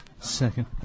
second